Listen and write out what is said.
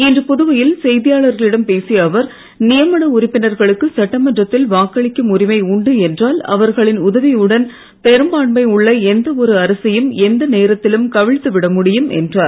இன்று புதுவையில் செய்தியாளர்களிடம் பேசிய அவர் நியமன உறுப்பினர்களுக்கு சட்டமன்றத்தில் வாக்களிக்கும் உரிமை உண்டு என்றால் அவர்களின் உதவியுடன் பெரும்பான்மை உள்ள எந்த ஒரு அரசையும் எந்த நேரத்திலும் கவிழ்த்து விட முடியும் என்றார்